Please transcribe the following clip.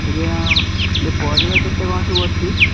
ଆଜ୍ଞା ଏ ପରିବା କେତେ କ'ଣ ସବୁ ଅଛି